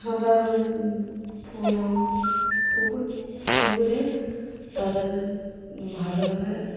সাঁতার প পুকুর পুকুরে তাদের ভালোভাবে